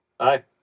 Hi